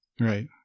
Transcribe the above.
Right